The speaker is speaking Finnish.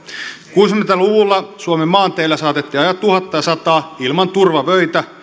kuusikymmentä luvulla suomen maanteillä saatettiin ajaa tuhatta ja sataa ilman turvavöitä